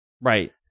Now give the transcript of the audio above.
Right